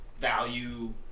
value